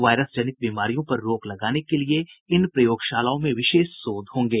virus जनित बीमारियों पर रोक लगाने के लिए इन प्रयोगशालाओं में विशेष शोध होंगे